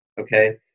okay